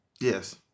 Yes